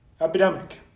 epidemic